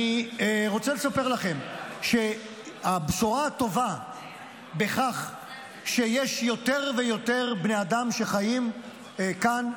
אני רוצה לספר לכם שהבשורה הטובה בכך שיש יותר ויותר בני אדם שחיים כאן,